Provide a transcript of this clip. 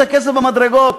את הכסף במדרגות.